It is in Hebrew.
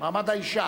עמיר פרץ.